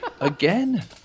again